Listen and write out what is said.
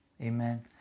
Amen